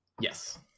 yes